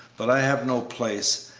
but i have no place,